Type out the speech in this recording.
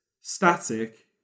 static